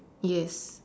yes